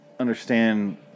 Understand